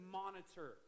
monitor